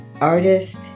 artist